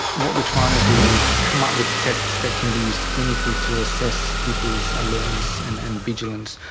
what we're trying to do is come up with tests that can be used clinically to assess people's alertness and and vigilance.